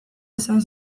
izan